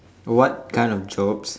what kind of jobs